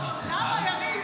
למה,